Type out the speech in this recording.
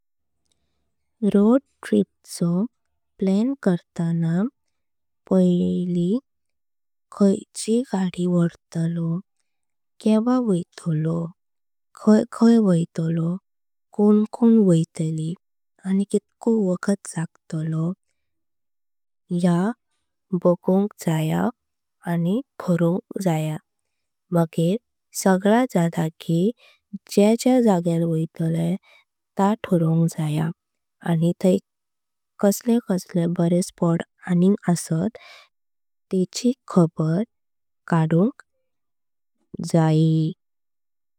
Road trip चो plan करताना पयली। खयची गाडी वर्तली केवा वैतलो खय खय वैतली। आणी कितको वागत लागतलो आणी कोण कोण। वैतलो या बगुंक जया मागेर सगळा जल की ज्या ज्या। जाग्यार वैतलेत ते ठारोंक जाए आणी थय कसले। कसले बरे स्पॉट्स असत जाल्या तेची खबर काढुंक जयी।